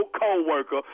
co-worker